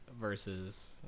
Versus